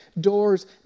doors